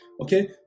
okay